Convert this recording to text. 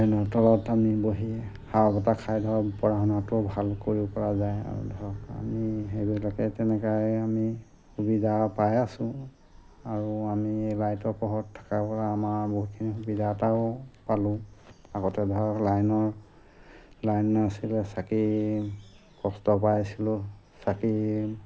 আমি বহি হাৱা বতাহ খাই ধৰক পঢ়া শুনাটো ভাল কৰিব পৰা যায় আৰু ধৰক আমি সেইবিলাকে তেনেকেই আমি সুবিধা পাই আছো আৰু আমি লাইটৰ পোহৰত থাকাৰ পৰা আমাৰ বহুতখিনি সুবিধা এটাও পালোঁ আগতে ধৰক লাইনৰ লাইন নাছিলে চাকি কষ্ট পাই আছিলোঁ চাকি